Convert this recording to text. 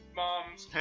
mom's